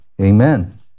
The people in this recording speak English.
Amen